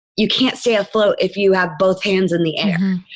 you can't stay afloat if you have both hands in the air.